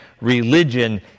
religion